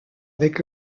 avec